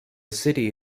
city